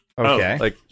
Okay